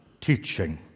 teaching